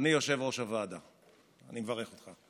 אדוני יושב-ראש הוועדה, אני מברך אותך.